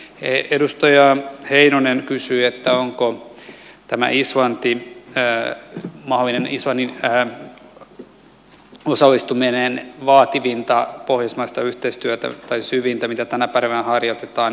edustaja heinonen kysyi onko tämä mahdollinen islanti osallistuminen vaativinta tai syvintä pohjoismaista yhteistyötä mitä tänä päivänä harjoitetaan